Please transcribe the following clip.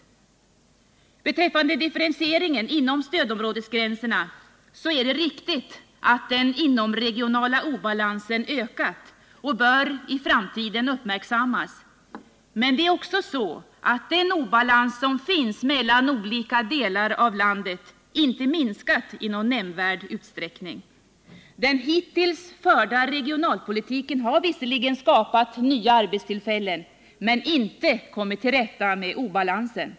Beträffande differentieringen inom stödområdesgränserna är det riktigt att den inomregionala obalansen ökat och i framtiden bör uppmärksammas. Men det är också så att den obalans som finns mellan olika delar av landet inte minskat i någon nämnvärd utsträckning. Den hittills förda regionalpolitiken har visserligen skapat nya arbetstillfällen men inte kommit till rätta med obalansen.